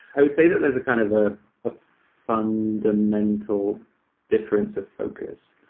i would say that there's a kind of ah a fundamental difference of focus.